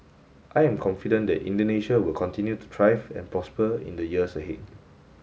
I am confident that Indonesia will continue to thrive and prosper in the years ahead